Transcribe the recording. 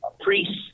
priests